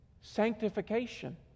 sanctification